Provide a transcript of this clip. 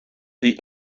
the